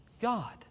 God